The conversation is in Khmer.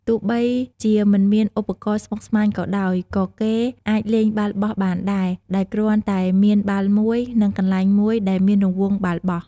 ទោះបីជាមិនមានឧបករណ៍ស្មុគស្មាញក៏ដោយ ក៏គេអាចលេងបាល់បោះបានដែរ ដោយគ្រាន់តែមានបាល់មួយ និងកន្លែងមួយដែលមានរង្វង់បាល់បោះ។